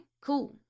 cool